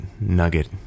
nugget